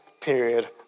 period